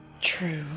true